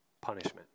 punishment